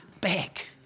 back